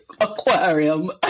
Aquarium